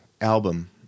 album